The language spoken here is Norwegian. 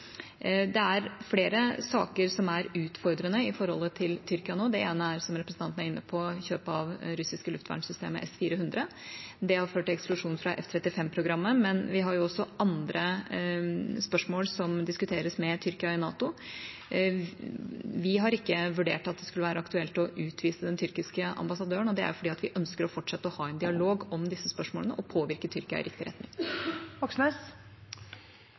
Det er flere saker som er utfordrende i forholdet til Tyrkia nå. Det ene er, som representanten Moxnes var inne på, kjøp av det russiske luftvernsystemet S-400. Det har ført til eksklusjon fra F-35-programmet. Men vi har også andre spørsmål som diskuteres med Tyrkia i NATO. Vi har ikke vurdert at det skulle være aktuelt å utvise den tyrkiske ambassadøren. Det er fordi vi ønsker å fortsette å ha en dialog om disse spørsmålene og påvirke Tyrkia i riktig retning. Bjørnar Moxnes